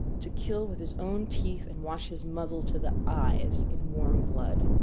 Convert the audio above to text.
to kill with his own teeth and wash his muzzle to the eyes in warm blood.